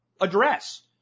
address